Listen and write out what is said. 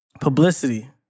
publicity